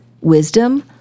wisdom